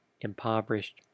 impoverished